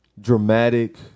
dramatic